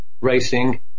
racing